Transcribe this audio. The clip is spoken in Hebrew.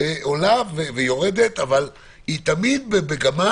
עולה ויורדת, אבל היא תמיד במגמה